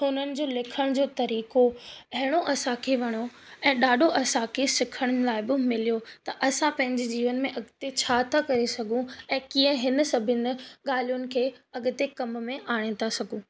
हुननि जो लिखण जो तरीक़ो अहिड़ो असांखे वणो ऐं ॾाढो असांखे सिखण लाइ बि मिलियो त असां पंहिंजे जीवन में अॻिते छा था करे सघूं ऐं कीअं हिन सभिनि ॻाल्हियुनि खे अॻिते कम में आणे था सघूं